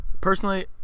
Personally